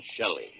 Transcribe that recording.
Shelley